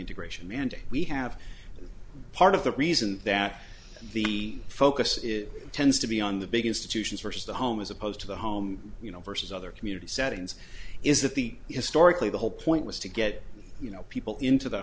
integration and we have part of the reason that the focus tends to be on the big institutions versus the home as opposed to the home you know versus other community settings is that the historically the whole point was to get you know people into the